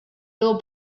bill